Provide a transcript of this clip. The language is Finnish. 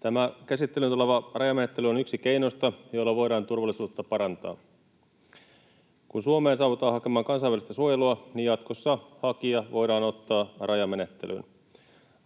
Tämä käsittelyyn tuleva rajamenettely on yksi keinoista, joilla voidaan turvallisuutta parantaa. Kun Suomeen saavutaan hakemaan kansainvälistä suojelua, jatkossa hakija voidaan ottaa rajamenettelyyn.